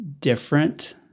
different